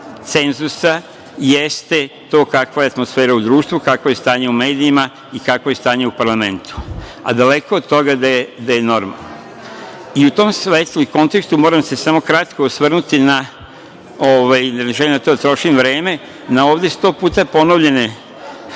cenzusa jeste to kakva je atmosfera u društvu, kakvo je stanje u medijima i kakvo je stanje u parlamentu. A daleko od toga da je normalno.U tom svetlu i kontekstu moram se samo kratko osvrnuti, ne želim na to da trošim vreme, na ovde sto puta ponovljene